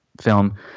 film